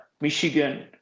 Michigan